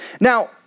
Now